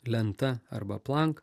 lenta arba plank